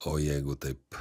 o jeigu taip